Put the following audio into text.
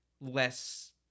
less